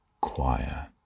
choir